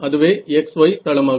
அதுவே x y தளமாகும்